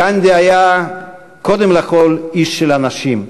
גנדי היה קודם כול איש של אנשים,